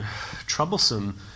troublesome